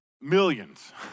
Millions